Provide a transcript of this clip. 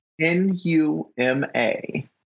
N-U-M-A